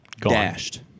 dashed